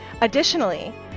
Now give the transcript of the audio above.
Additionally